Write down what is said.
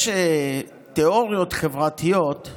יש תאוריות חברתיות,